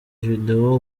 video